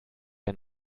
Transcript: ein